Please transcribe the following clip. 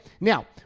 Now